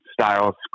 style